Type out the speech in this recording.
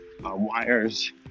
wires